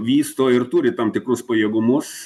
vysto ir turi tam tikrus pajėgumus